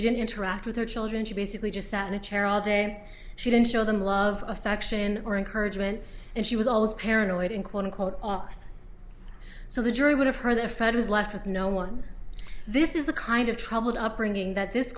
she didn't interact with her children she basically just sat in a chair all day she didn't show them love affection or encouragement and she was always paranoid and quote unquote so the jury would have heard the fed is left with no one this is the kind of troubled upbringing that this